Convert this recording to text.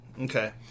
Okay